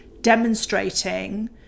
demonstrating